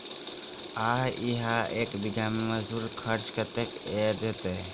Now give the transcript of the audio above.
आ इहा एक बीघा मे मजदूरी खर्च कतेक पएर जेतय?